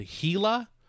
Gila